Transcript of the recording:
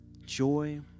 joy